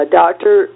doctor